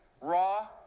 raw